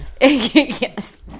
Yes